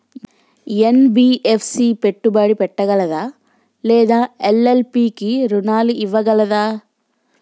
NBFC పెట్టుబడి పెట్టగలదా లేదా ఎల్.ఎల్.పి కి రుణాలు ఇవ్వగలదా?